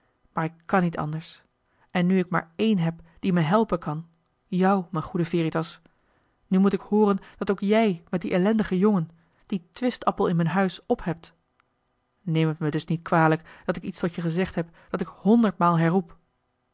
maar ik kàn niet anders en nu ik maar één heb die me helpen kan jou m'n goeie veritas nu moet ik hooren dat ook jij met dien ellendigen jongen joh h been paddeltje de scheepsjongen van michiel de ruijter dien twistappel in m'n huis ophebt neem het me dus niet kwalijk dat ik iets tot je gezegd heb dat ik honderdmaal herroep